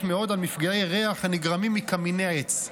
מאוד על מפגעי ריח הנגרמים מקמיני עץ.